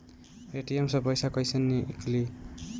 ATM से पइसा कइसे निकली?